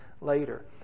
later